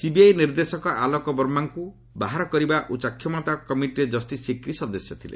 CBI ନିର୍ଦ୍ଦେଶକ ଆଲୋକ ବର୍ମାଙ୍କୁ ବାହାର କରିବା ଉଚ୍ଚକ୍ଷମତାପନ୍ନ କମିଟିରେ ଜଷ୍ଟିସ ସିକ୍ରି ସଦସ୍ୟ ଥିଲେ